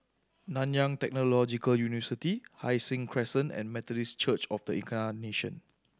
Nanyang Technological University Hai Sing Crescent and Methodist Church Of The Incarnation